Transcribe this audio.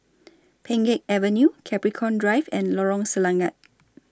Pheng Geck Avenue Capricorn Drive and Lorong Selangat